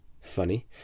Funny